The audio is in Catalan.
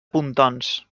pontons